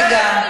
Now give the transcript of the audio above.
רגע.